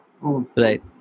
Right